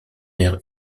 aire